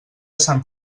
sant